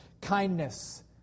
kindness